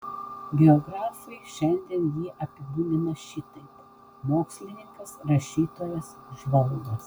biografai šiandien jį apibūdina šitaip mokslininkas rašytojas žvalgas